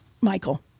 Michael